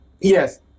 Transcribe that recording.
Yes